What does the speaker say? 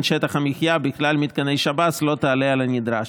שטח המחיה בכלל מתקני שב"ס לא תעלה על הנדרש.